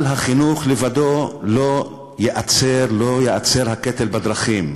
על החינוך לבדו לא ייעצר הקטל בדרכים.